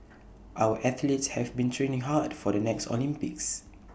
our athletes have been training hard for the next Olympics